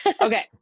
Okay